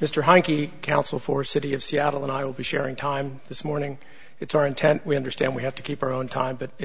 mr hunky counsel for city of seattle and i will be sharing time this morning it's our intent we understand we have to keep our own time but it's